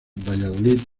valladolid